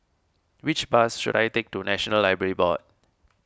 which bus should I take to National Library Board